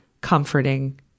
comforting